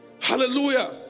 Hallelujah